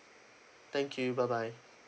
thank you bye bye